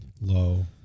low